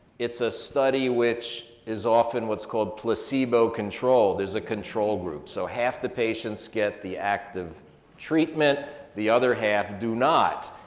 it's a study which is often what's called placebo controlled there's a control group. so half the patients get the active treatment, the other half do not.